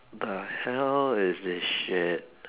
the hell is this shit